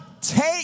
take